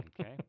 Okay